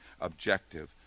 objective